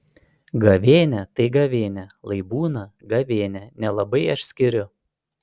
gavėnia tai gavėnia lai būna gavėnia nelabai aš skiriu